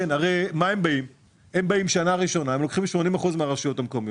הם באים שנה ראשונה ולוקחים 80 אחוזים מהרשויות המקומיות,